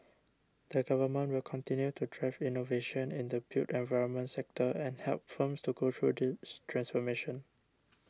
the Government will continue to drive innovation in the built environment sector and help firms to go through this transformation